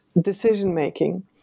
decision-making